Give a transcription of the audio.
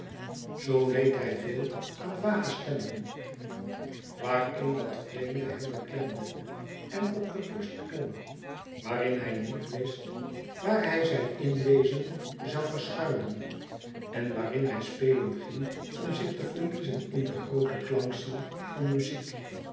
zoo leed hij veel aan vage stemmingen waarin dat vreemde hem beklemde en op de borst klom waarin hij niet wist waar hij zijn in wezen zoû verschuilen en waarin hij spelen ging om zich te verliezen in de groote klankziel van muziek